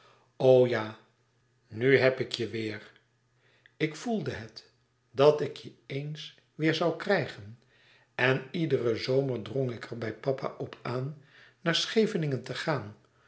ja nu heb ik je weêr ik voelde het dat ik je ééns weêr zoû krijgen en iederen zomer drong ik er bij papa op aan naar scheveningen te gaan